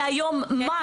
זה היום 'מסט'.